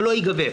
לא ייגבה.